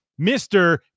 Mr